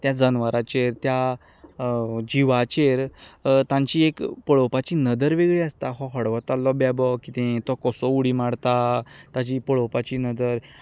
ते जनावराचेर त्या जिवाचेर तांची एक पळोवपाची नदर वेगळी आसता हो हडवोताल्ल बेबो कितें तो कसो उडी मारता ताची पळोवपाची नदर